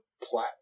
platform